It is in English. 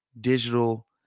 digital